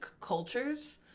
cultures